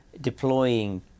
deploying